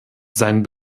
seinen